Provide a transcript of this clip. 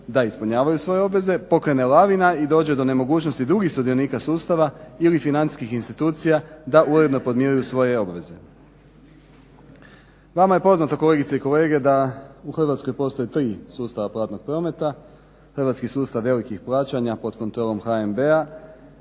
da ispunjavaju svoje obveze pokrene lavina i dođe do nemogućnosti drugih sudionika sustava ili financijskih institucija da uredno podmiruju svoje obveze. Vama je poznato, kolegice i kolege, da u Hrvatskoj postoje tri sustava platnog prometa – hrvatski sustav velikih plaćanja pod kontrolom HNB-a